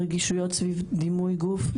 רגישויות סביב דימוי גוף,